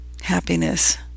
happiness